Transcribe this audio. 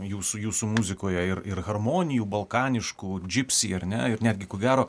jūsų jūsų muzikoje ir ir harmonijų balkaniškų džipsi ar ne ir netgi ko gero